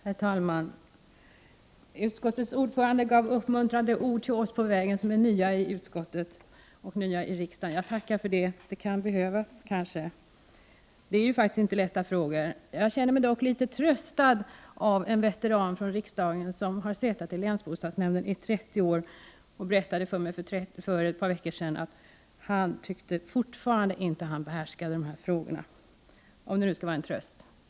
Herr talman! Utskottets ordförande gav uppmuntrande ord på vägen till oss som är nya i utskottet och i riksdagen. Det kan kanske behövas, och jag tackar för det. Det är ju faktiskt inte lätta frågor. Jag känner mig dock litet tröstad av en veteran i riksdagen som har suttit i länsbostadsnämnden i 30 år. För ett par veckor sedan berättade han för mig att han fortfarande tyckte att han inte behärskade dessa frågor —- om nu det skall vara en tröst.